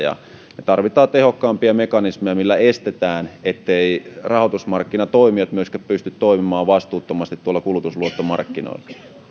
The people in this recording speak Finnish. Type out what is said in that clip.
tarvitaan tehokkaampia mekanismeja millä estetään se etteivät rahoitusmarkkinatoimijat myöskään pysty toimimaan vastuuttomasti kulutusluottomarkkinoilla